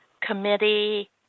Committee